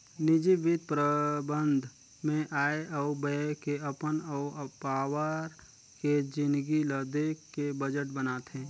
निजी बित्त परबंध मे आय अउ ब्यय के अपन अउ पावार के जिनगी ल देख के बजट बनाथे